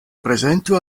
prezentu